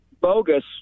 bogus